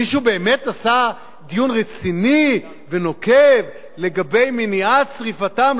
מישהו באמת עשה דיון רציני ונוקב לגבי מניעת שרפתם,